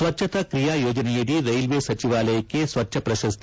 ಸ್ವಚ್ಛತಾ ತ್ರಿಯಾ ಯೋಜನೆಯಡಿ ರೈಲ್ವೆ ಸಚಿವಾಲಯಕ್ಕೆ ಸ್ವಚ್ಛ ಪ್ರಶಸ್ತಿ